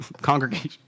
congregation